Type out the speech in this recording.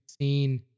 seen